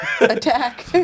attack